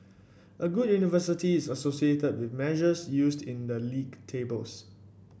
a good university is associated with measures used in the league tables